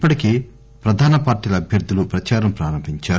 ఇప్పటికే ప్రధాన పార్టీల అభ్యర్దులు ప్రచారం ప్రారంభించారు